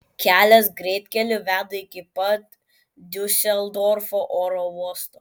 kelias greitkeliu veda iki pat diuseldorfo oro uosto